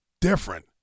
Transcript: different